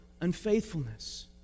unfaithfulness